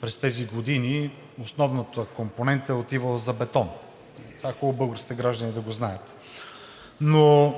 през тези години основната компонента е отивала за бетон. Хубаво е българските граждани да знаят това.